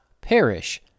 perish